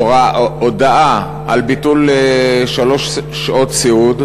שקיבלו הודעה על ביטול שלוש שעות סיעוד,